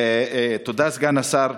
תודה, סגן השר.